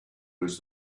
was